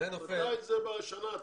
מתי זה בשנה?